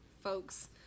folks